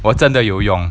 我真的有用